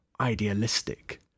idealistic